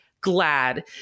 Glad